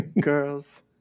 girls